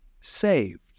saved